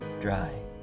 dry